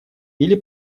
или